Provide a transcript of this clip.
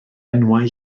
enwau